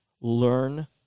Learn